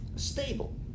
Stable